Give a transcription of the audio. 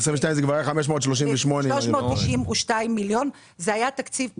ב-2022 זה כבר היה 538. 392 מיליון זה היה תקציב בחירות.